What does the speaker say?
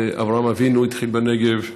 אברהם אבינו התחיל בנגב,